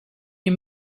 you